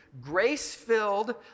grace-filled